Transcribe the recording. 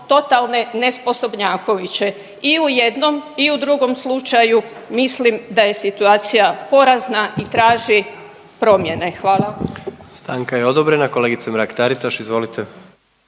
totalne nesposobnjakoviće. U jednom i u drugom slučaju mislim da je situacija porazna i traži promjene. Hvala. **Jandroković, Gordan (HDZ)** Stanka je odobrena. Kolegice Mrak-Taritaš, izvolite.